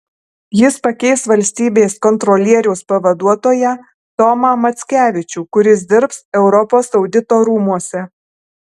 jis pakeis valstybės kontrolieriaus pavaduotoją tomą mackevičių kuris dirbs europos audito rūmuose